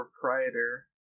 proprietor